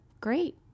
great